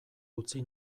utzi